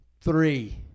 Three